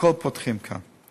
פותחים הכול כאן.